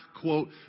quote